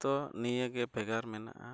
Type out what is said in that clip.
ᱛᱳ ᱱᱤᱭᱟᱹᱜᱮ ᱵᱷᱮᱜᱟᱨ ᱢᱮᱱᱟᱜᱼᱟ